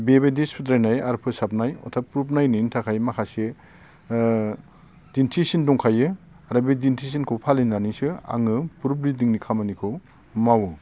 बेबायदि सुद्रायनाय आरो फोसाबनाय अर्थात प्रुफ नायनायनि थाखाय माखासे दिनथिसिन दंखायो आरो बे दिनथिसिनखौ फालिनानैसो आङो प्रुफरिदिंनि खामानिखौ मावो